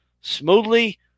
smoothly